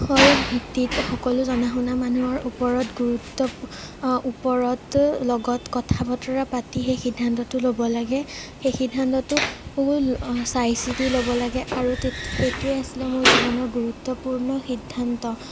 অৰ ভিত্তিত সকলো জনা শুনা মানুহৰ ওপৰত গুৰুত্ব আ ওপৰত লগত কথা বতৰা পাতি সেই সিদ্ধান্তটো ল'ব লাগে সেই সিদ্ধান্তটো চাই চিতি ল'ব লাগে আৰু তেত সেইটোয়ে আছিলে মোৰ জীৱনৰ গুৰুত্বপূৰ্ণ সিদ্ধান্ত